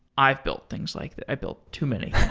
i've built things like i've built too many